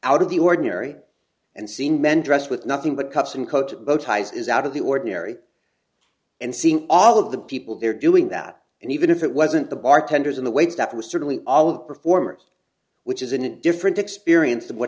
out of the ordinary and seen men dressed with nothing but cups and coat bow ties is out of the ordinary and seeing all of the people there doing that and even if it wasn't the bartenders in the waitstaff was certainly all of the performers which isn't different experience of what